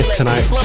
tonight